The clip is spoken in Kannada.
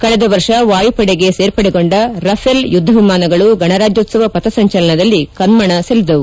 ಕಳೆದ ವರ್ಷ ವಾಯುಪಡೆಗೆ ಸೇರ್ಪಡೆಗೊಂಡ ರಫೇಲ್ ಯುದ್ಧ ವಿಮಾನಗಳು ಗಣರಾಜ್ಕೋತ್ಸವ ಪಥಸಂಚಲನದಲ್ಲಿ ಕಣ್ಮನ ಸೆಳೆದವು